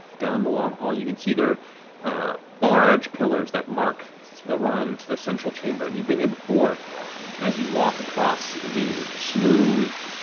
down the long hall. you can see are large pillars that mark the run to the central chamber. and you've been here before, and as you walk across the smooth,